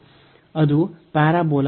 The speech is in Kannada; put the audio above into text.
ಅದು ಪ್ಯಾರಾಬೋಲಾ x 2 4ay ಆಗಿದೆ